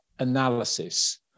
Analysis